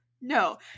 No